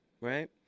Right